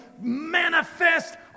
manifest